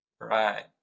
right